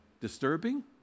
Disturbing